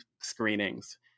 screenings